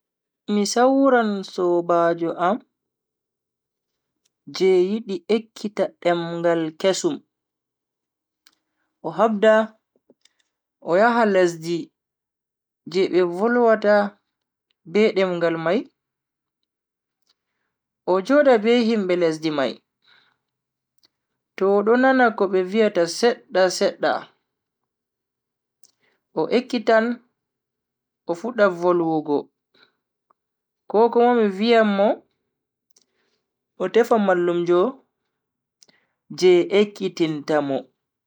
Mi sawran sobajo am je yidi ekkita demngal kesum, o habda o yaha lesdi je be volwata be demngal mai o joda be himbe lesdi mai to odo nana ko be viyata sedda sedda o ekkitan o fudda volwugo. Ko kuma mi viyan mo o tefa mallumjo je ekkitinta mo.